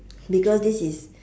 because this is